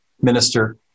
minister